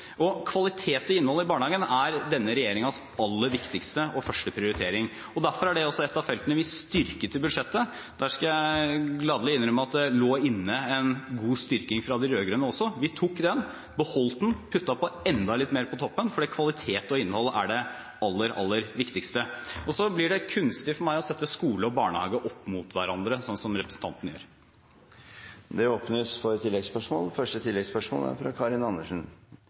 Kvalitet og innhold i barnehagen er denne regjeringens aller viktigste og første prioritering, og derfor er det også et av feltene vi styrket i budsjettet. Der skal jeg gladelig innrømme at det lå inne en god styrking fra de rød-grønne også. Vi tok den, beholdt den og puttet på enda litt mer på toppen, fordi kvalitet og innhold er det aller viktigste. Det blir for meg kunstig å sette skole og barnehage opp mot hverandre sånn som representanten gjør. Det åpnes for oppfølgingsspørsmål. Jeg hører at kunnskapsministeren forsøker å forsikre oss om at han er